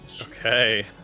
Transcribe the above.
okay